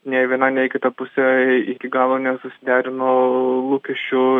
nei viena nei kita pusė iki galo nesusiderino lūkesčių